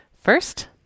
First